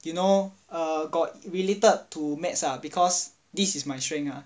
you know err got related to maths ah because this is my strength ah